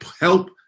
help